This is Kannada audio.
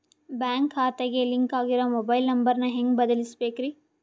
ಬ್ಯಾಂಕ್ ಖಾತೆಗೆ ಲಿಂಕ್ ಆಗಿರೋ ಮೊಬೈಲ್ ನಂಬರ್ ನ ಹೆಂಗ್ ಬದಲಿಸಬೇಕ್ರಿ?